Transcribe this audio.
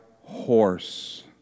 horse